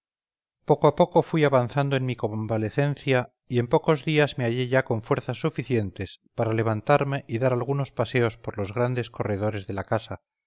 poco a poco fui avanzando en mi convalecencia y en pocos días me hallé ya con fuerzas suficientes para levantarme y dar algunos paseos por los grandes corredores de la casa